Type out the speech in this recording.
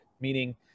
Meaning